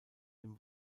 dem